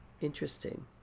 Interesting